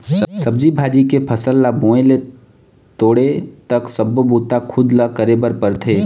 सब्जी भाजी के फसल ल बोए ले तोड़े तक सब्बो बूता खुद ल करे बर परथे